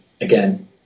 again